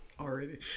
already